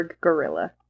Gorilla